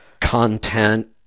content